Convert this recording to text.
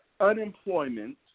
unemployment